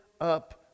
up